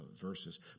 verses